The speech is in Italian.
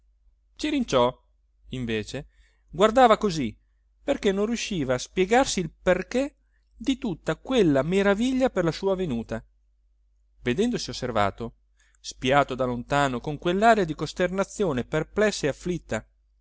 ciccino cirinciò invece guardava così perché non riusciva a spiegarsi il perché di tutta quella meraviglia per la sua venuta vedendosi osservato spiato da lontano con quellaria di costernazione perplessa e afflitta